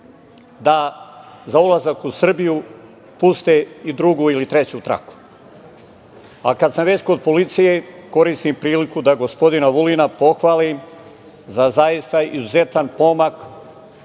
da za ulazak u Srbiju puste i drugu ili treću traku. Kad sam već kod policije, koristim priliku da gospodina Vulina pohvalim za zaista izuzetan pomak